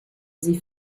sie